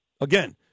again